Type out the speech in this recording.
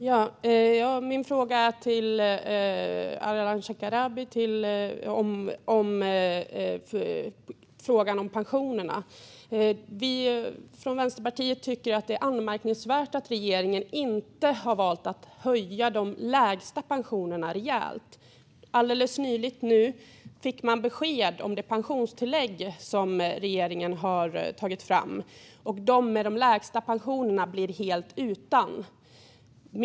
Fru talman! Min fråga går till Ardalan Shekarabi, och det gäller frågan om pensionerna. Vi från Vänsterpartiet tycker att det är anmärkningsvärt att regeringen inte har valt att höja de lägsta pensionerna rejält. Alldeles nyligen fick man besked om det pensionstillägg som regeringen har tagit fram, och de med de lägsta pensionerna blir helt utan.